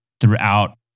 throughout